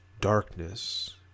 Darkness